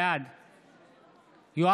בעד יואב קיש,